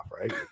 right